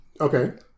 Okay